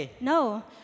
No